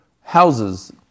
houses